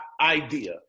idea